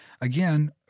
again